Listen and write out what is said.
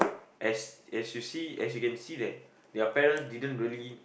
as as you see as you can see that their parents didn't really